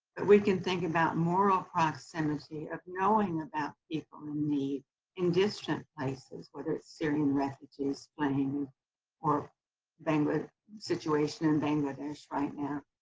we can think about moral proximity of knowing about people in need in distant places, whether it's syrian refugees fleeing or the situation in bangladesh right now.